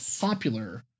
popular